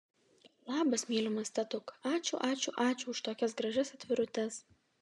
labas mylimas tetuk ačiū ačiū ačiū už tokias gražias atvirutes